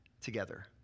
together